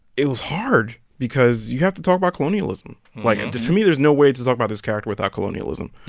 it was hard because you have to talk about colonialism. like, and for me, there's no way to talk about this character without colonialism.